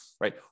Right